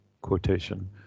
quotation